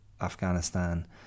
afghanistan